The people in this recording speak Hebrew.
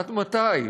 עד מתי?